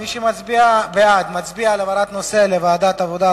מי שמצביע בעד מצביע בעד העברת הנושא לוועדת העבודה,